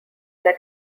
that